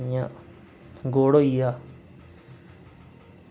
आं गुड़ होइया